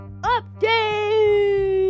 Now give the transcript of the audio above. Update